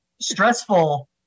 stressful